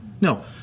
No